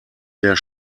der